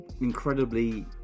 incredibly